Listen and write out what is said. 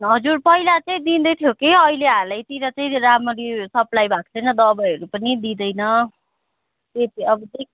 हजुर पहिला चाहिँ दिँदै थियो कि अहिले हालैतिर चाहिँ राम्ररी सप्लाई भएको छैन दबाईहरू पनि दिँदैन